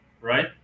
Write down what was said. right